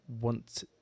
want